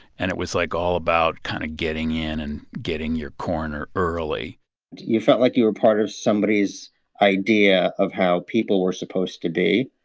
and it was, like, all about kind of getting in and getting your corner early you felt like you were part of somebody's idea of how people were supposed to be.